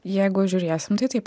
jeigu žiūrėsim tai taip